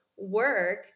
work